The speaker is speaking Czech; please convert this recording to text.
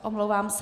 Omlouvám se.